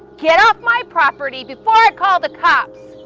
get off my property before i call the cops.